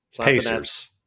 Pacers